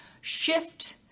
shift